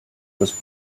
was